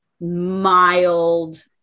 mild